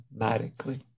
Automatically